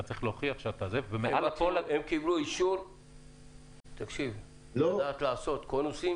אתה צריך להוכיח שאתה -- הם קיבלו אישור על מנת לעשות קונוסים